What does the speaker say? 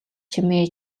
чимээ